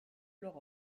leur